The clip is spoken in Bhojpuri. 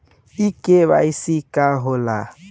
इ के.वाइ.सी का हो ला?